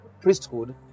priesthood